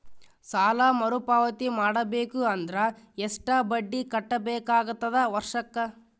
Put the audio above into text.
ಸಾಲಾ ಮರು ಪಾವತಿ ಮಾಡಬೇಕು ಅಂದ್ರ ಎಷ್ಟ ಬಡ್ಡಿ ಕಟ್ಟಬೇಕಾಗತದ ವರ್ಷಕ್ಕ?